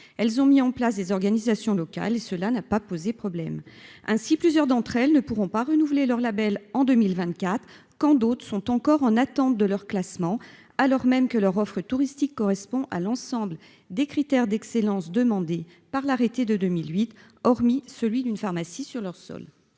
Elles ont mis en place des organisations locales, et cela n'a pas posé problème. Aussi, plusieurs d'entre elles ne pourront pas renouveler leur label en 2024, quand d'autres sont encore en attente de leur classement, et ce alors même que leur offre touristique correspond à l'ensemble des critères d'excellence demandés par l'arrêté de 2008, hormis celui d'une pharmacie sur leur sol.